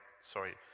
sorry